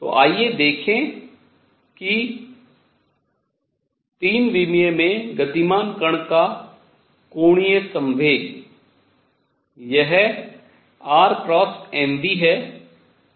तो आइए देखें कि 3 विमीय में गतिमान कण का कोणीय संवेग यह r× mv है